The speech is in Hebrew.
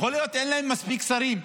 יכול להיות שאין להם מספיק שרים,